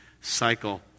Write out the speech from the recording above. cycle